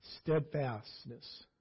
steadfastness